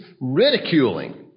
ridiculing